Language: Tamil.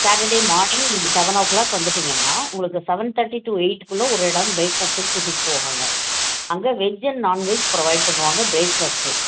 சேட்டர்டே மார்னிங் நீங்கள் செவனோ க்ளாக் வந்துவிடீங்கன்னா உங்களுக்கு செவென் தேட்டி டூ எய்ட்டுக்குள்ளே ஒரு இடம் ப்ரேக் ஃபாஸ்ட்டுக்கு கூட்டிகிட்டுப் போவாங்க அங்கே veg and non veg provide பண்ணுவாங்க ப்ரேக் ஃபாஸ்ட்டே